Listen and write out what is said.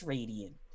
Radiant